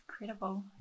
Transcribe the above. incredible